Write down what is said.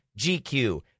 GQ